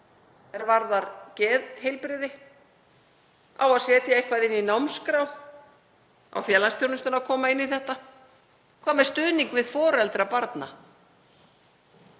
er varðar geðheilbrigði? Á að setja eitthvað inn í námskrá, á félagsþjónustan að koma inn í þetta? Hvað með stuðning við foreldra barna?